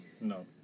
No